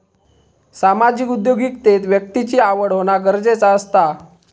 सामाजिक उद्योगिकतेत व्यक्तिची आवड होना गरजेचा असता